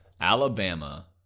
Alabama